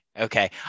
okay